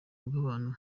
bw’abantu